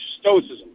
stoicism